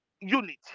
unit